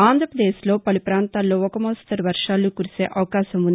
ఆంధ్రప్రదేశ్లో పలు పాంతాల్లో ఒక మోస్తరు వర్షాలు కురిసే అవకాశం ఉంది